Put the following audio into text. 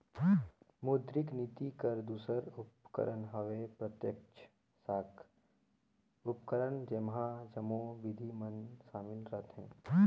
मौद्रिक नीति कर दूसर उपकरन हवे प्रत्यक्छ साख उपकरन जेम्हां जम्मो बिधि मन सामिल रहथें